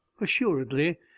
Assuredly